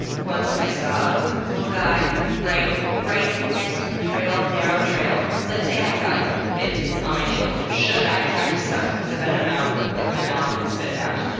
once i saw a little guy right right next to the trail, a narrow trail. let's say i had gotten bitten on my ankle. should i try to suck the venom out with my mouth and spit it out?